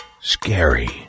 scary